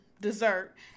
dessert